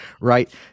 right